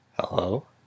Hello